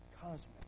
cosmic